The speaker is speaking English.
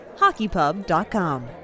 HockeyPub.com